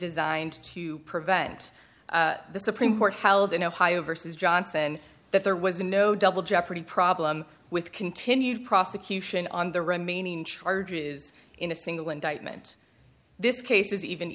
designed to prevent the supreme court held in ohio versus johnson that there was no double jeopardy problem with continued prosecution on the remaining charges in a single indictment this case is even